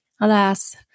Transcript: alas